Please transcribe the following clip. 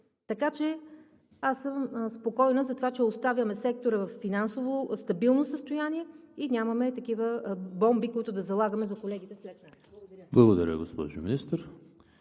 Така че аз съм спокойна, че оставяме сектора във финансово стабилно състояние и нямаме такива бомби, които да залагаме за колегите след нас. Благодаря.